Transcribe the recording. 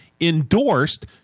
endorsed